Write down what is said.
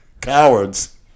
cowards